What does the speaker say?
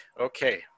Okay